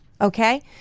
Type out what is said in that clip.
Okay